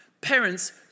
Parents